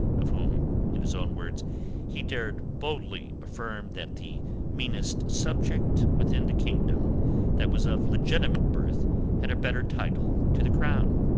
of whom in his own words he dared boldly affirm that the meanest subject within the kingdom that was of legitimate birth had a better title to the crown.